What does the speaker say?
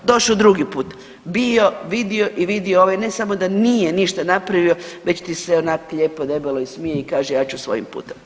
Doš'o drugi put, bio, vidio i vidio, ovaj ne samo da nije ništa napravio, već ti se onak' lijepo debelo i smije i kaže, ja ću svojim putem.